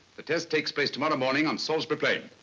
the test takes place tomorrow morning on salisbury plain.